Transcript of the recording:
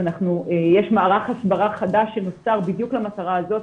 יש מערך הסברה חדש שנוצר בדיוק למטרה הזאת,